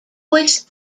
voice